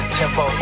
tempo